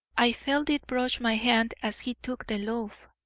i felt it brush my hand as he took the loaf.